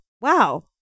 Wow